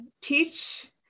Teach